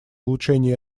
улучшении